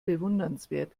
bewundernswert